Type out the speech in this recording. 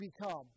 become